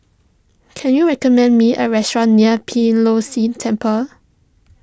can you recommend me a restaurant near Beeh Low See Temple